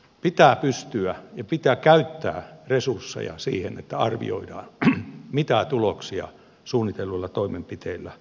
pitää pystyä ja pitää käyttää resursseja siihen että arvioidaan mitä tuloksia suunnitelluilla toimenpiteillä saadaan